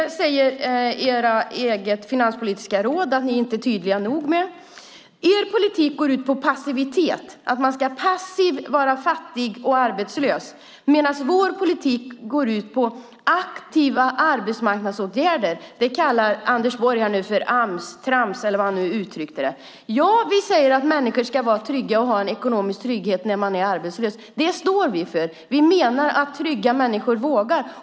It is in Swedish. Ert eget finanspolitiska råd säger att ni inte är tydliga nog med det. Er politik går ut på passivitet, att man ska vara passiv, fattig och arbetslös. Vår politik går ut på aktiva arbetsmarknadsåtgärder. Det kallar Anders Borg nu Amstrams, eller hur han uttryckte det. Ja, vi säger att människor ska vara trygga och ha en ekonomisk trygghet när man är arbetslös. Det står vi för. Vi menar att trygga människor vågar.